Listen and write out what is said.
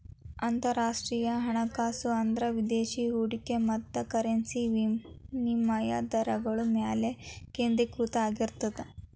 ಅಂತರರಾಷ್ಟ್ರೇಯ ಹಣಕಾಸು ಅಂದ್ರ ವಿದೇಶಿ ಹೂಡಿಕೆ ಮತ್ತ ಕರೆನ್ಸಿ ವಿನಿಮಯ ದರಗಳ ಮ್ಯಾಲೆ ಕೇಂದ್ರೇಕೃತ ಆಗಿರ್ತದ